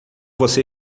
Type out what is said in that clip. você